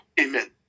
Amen